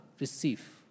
receive